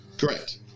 Correct